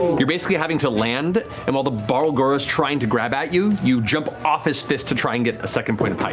you're basically having to land and while the barlgura's trying to grab at you, you jump off his fist to try and get a second point of height